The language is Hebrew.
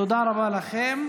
תודה רבה לכם.